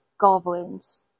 goblins